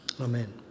Amen